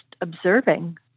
observing